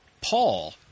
Paul